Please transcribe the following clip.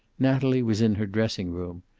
natalie was in her dressing-room.